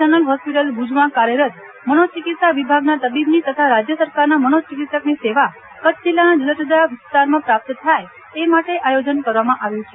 general hospital ભુજમાં કાર્યરત મનોચિકિત્સા વિભાગના તબીબની તથા રાજ્ય સરકારના મનોચિકિત્સકની સેવા કચ્છ જીલ્લાના જુદા જુદા વિસ્તારમાં પ્રાપ્ત થાય એ માટે આયોજન કરવામાં આવ્યું છે